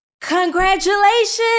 Congratulations